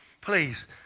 please